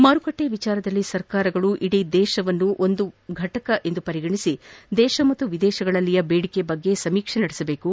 ಮಾರುಕಟ್ಟೆ ವಿಷಯದಲ್ಲಿ ಸರ್ಕಾರಗಳು ಇಡೀ ದೇಶವನ್ನು ಒಂದು ಘಟಕವನ್ನಾಗಿ ಪರಿಗಣಿಸಿ ದೇಶ ಹಾಗೂ ವಿದೇತಗಳಲ್ಲಿನ ಬೇಡಿಕೆ ಕುರಿತು ಸಮೀಕ್ಷೆ ನಡೆಸಬೇಕು